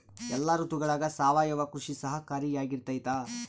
ಎಲ್ಲ ಋತುಗಳಗ ಸಾವಯವ ಕೃಷಿ ಸಹಕಾರಿಯಾಗಿರ್ತೈತಾ?